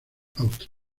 austria